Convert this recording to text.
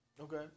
Okay